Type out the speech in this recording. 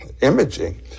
imaging